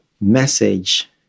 message